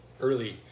early